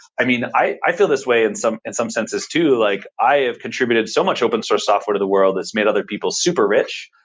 i mean, i i feel this way in some and some senses too. like i have contributed so much open source software to the world that's made other people super rich,